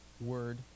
word